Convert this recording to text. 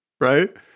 Right